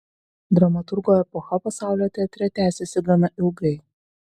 dramaturgo epocha pasaulio teatre tęsėsi gana ilgai